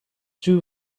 too